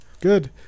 good